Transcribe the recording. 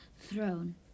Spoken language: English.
throne